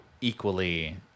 equally